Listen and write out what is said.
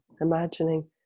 imagining